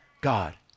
God